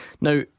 Now